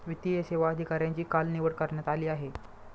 वित्तीय सेवा अधिकाऱ्यांची काल निवड करण्यात आली आहे